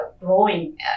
growing